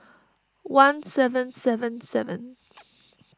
one seven seven seven